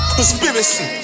Conspiracy